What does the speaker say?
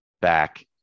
back